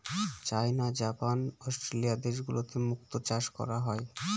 চাইনা, Japan, Australia দেশগুলোতে মুক্তো চাষ করা হয়